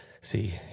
See